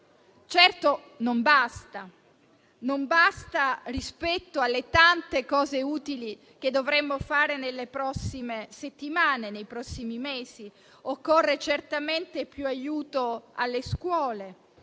scelta che certo non basta rispetto alle tante cose utili che dovremmo fare nelle prossime settimane e nei prossimi mesi. Occorre certamente più aiuto alle scuole;